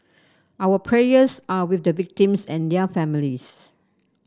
our prayers are with the victims and their families